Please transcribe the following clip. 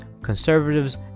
conservatives